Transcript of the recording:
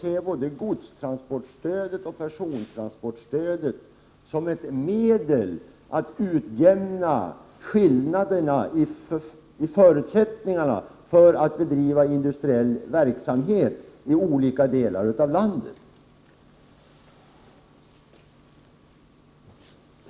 Jag uppfattar godstransportstödet och persontransportstödet som ett medel att utjämna skillnaderna i förutsättningarna att bedriva industriell verksamhet i olika delar av landet.